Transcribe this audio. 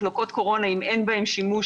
מחלקות קורונה, אם אין בהן שימוש